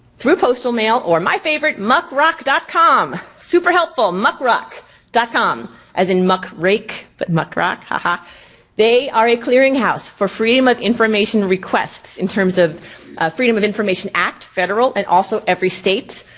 through postal mail, or my favorite muckrock com. super helpful, muckrock dot com as in muckrake, but muckrock. ah they are a clearinghouse for freedom of information requests in terms of freedom of information act, federal and also every state.